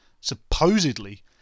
Supposedly